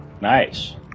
nice